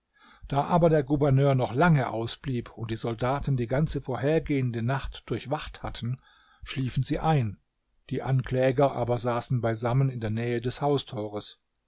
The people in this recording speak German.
da aber der gouverneur noch lange ausblieb und die soldaten die ganze vorhergehende nacht durchwacht hatten schliefen sie ein die ankläger aber saßen beisammen in der nähe des haustores